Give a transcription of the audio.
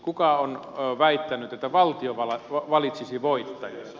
kuka on väittänyt että valtio valitsisi voittajat